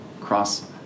cross